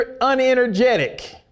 unenergetic